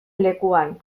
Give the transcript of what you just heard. lekuan